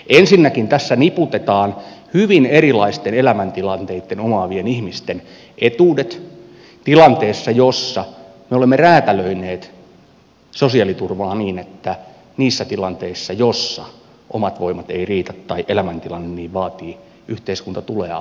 ensinnäkin tässä niputetaan hyvin erilaisten elämäntilanteita omaavien ihmisten etuudet tilanteessa jossa me olemme räätälöineet sosiaaliturvaa niin että niissä tilanteissa joissa omat voimat eivät riitä tai elämäntilanne niin vaatii yhteiskunta tulee apuun